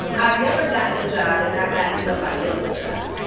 i've never gotten a job and not gotten somebody else a job.